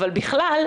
ובכלל,